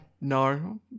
No